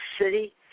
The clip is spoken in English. city